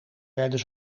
werden